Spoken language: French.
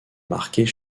marquées